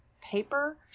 paper